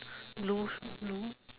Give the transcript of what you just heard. blue blue